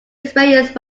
experienced